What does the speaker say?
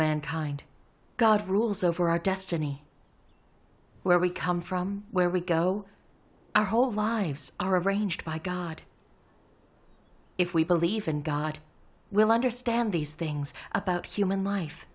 mankind god rules over our destiny where we come from where we go our whole lives are arranged by god if we believe in god will understand these things about human life